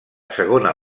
segona